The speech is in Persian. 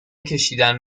کشیدند